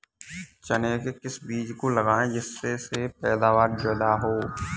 चने के किस बीज को लगाएँ जिससे पैदावार ज्यादा हो?